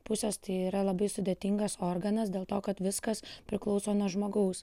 pusės tai yra labai sudėtingas organas dėl to kad viskas priklauso nuo žmogaus